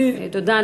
תודה.